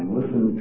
listen